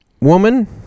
woman